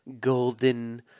Golden